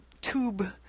tube